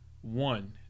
One